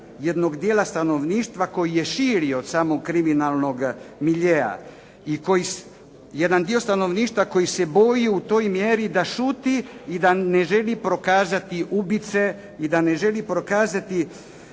jednog dijela stanovništva koji je širi od samog kriminalnog miljea i koji, jedan dio stanovništva koji se boji u toj mjeri da šuti i da ne želi prokazati ubojice i da ne želi prokazati